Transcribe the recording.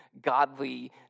godly